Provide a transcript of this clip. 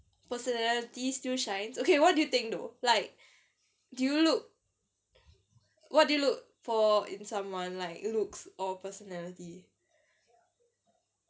personality still shines okay what do you think though like do you look what do you look for in someone like looks or personality